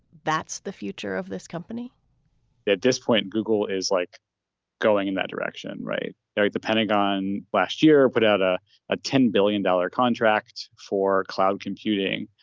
that's the future of this company at this point? google is like going in that direction right there at the pentagon last year put out a ah ten billion dollar contract for cloud computing.